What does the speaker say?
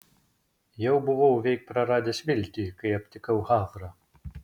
jau buvau veik praradęs viltį kai aptikau havrą